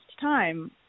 time